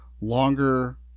longer